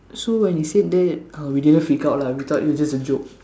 so when he said that uh we didn't figure out lah we thought it was just a joke